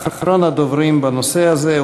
אחרון הדוברים בנושא הזה,